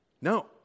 No